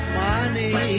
money